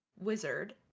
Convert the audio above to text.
wizard